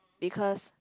because